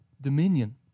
dominion